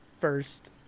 first